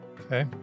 Okay